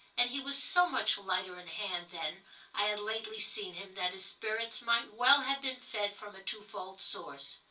and he was so much lighter in hand than i had lately seen him that his spirits might well have been fed from a twofold source.